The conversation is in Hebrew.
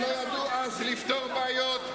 הם לא ידעו אז לפתור בעיות.